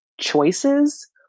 choices